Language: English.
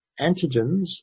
antigens